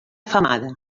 femada